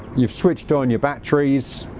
you've switched on your batteries